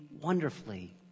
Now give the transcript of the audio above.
wonderfully